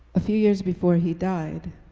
a few years before he died,